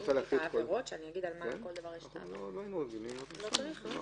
העבירות תמיד מצולמות לפני שניתן